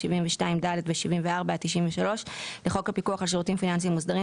72(ד) ו-74 עד 93 לחוק הפיקוח על שירותים פיננסיים מוסדרים,